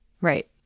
Right